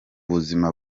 buzima